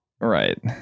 Right